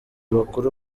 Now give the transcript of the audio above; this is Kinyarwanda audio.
bakuru